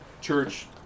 church